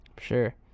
Sure